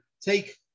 take